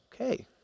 Okay